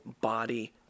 body